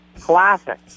Classic